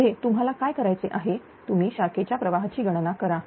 पुढे तुम्हाला काय करायचे आहे तुम्ही शाखेच्या प्रवाहाची गणना करा